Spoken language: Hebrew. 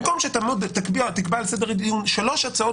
במקום שתקבע על סדר הדיון שלוש הצעות